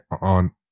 on